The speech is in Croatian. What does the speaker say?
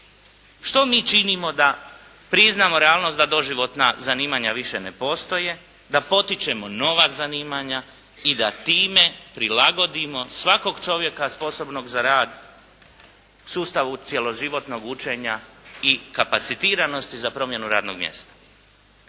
Što mi činimo da priznamo realnost da doživotna zanimanja više ne postoje, da potičemo nova zanimanja i da time prilagodimo svakog čovjeka sposobnog za rad sustavu cjeloživotnog učenja i kapacitiranosti za promjenu radnog mjesta?